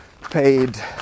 paid